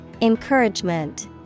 Encouragement